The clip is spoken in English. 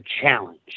challenge